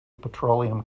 petroleum